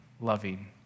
loving